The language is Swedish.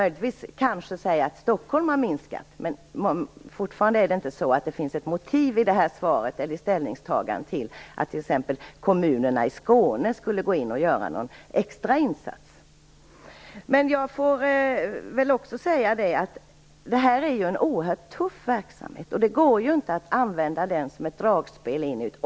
Möjligtvis kan man säga att andelen klienter från Stockholm har minskat, men fortfarande finns det inget motiv i detta svar för att t.ex. kommunerna i Skåne skulle gå in och göra någon extra insats. Det här är en oerhört tuff verksamhet. Det går inte att använda den som ett dragspel: fram och tillbaka.